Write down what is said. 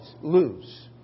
lose